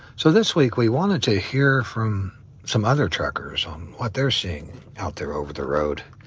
so this week we wanted to hear from some other truckers on what they're seeing out there over the road.